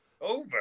Over